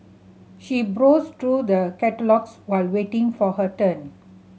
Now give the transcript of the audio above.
she browsed through the catalogues while waiting for her turn